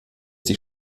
die